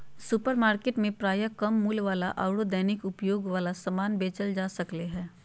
supermarket में प्रायः कम मूल्य वाला आरो दैनिक उपयोग वाला समान बेचल जा सक्ले हें